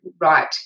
right